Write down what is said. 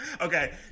okay